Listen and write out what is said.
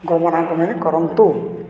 ଗମନାଗମନ କରନ୍ତୁ